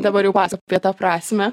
dabar jau pasakok apie tą prasmę